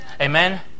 Amen